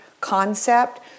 concept